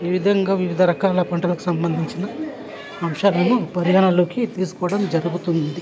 ఈ విధంగా వివిధ రకాల పంటలకు సంబంధించిన అంశాలను పరిగణనలోకి తీసుకోవడం జరుగుతుంది